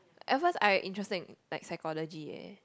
at first I interested in like psychology ya